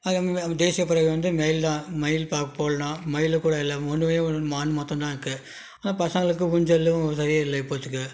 அதேமாதிரி தேசிய பறவை வந்து மயில் தான் மயில் பார்க்க போகலான்னா மயில் கூட இல்லை ஒரே ஒரு மான் மட்டுந்தான் இருக்குது பசங்களுக்கு கொஞ்சம் எதுவும் சரியில்லை இப்போத்தைக்கு